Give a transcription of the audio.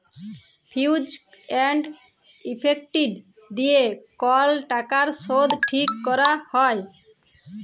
fees and effective দিয়ে কল টাকার শুধ ঠিক ক্যরা হ্যয়